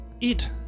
eat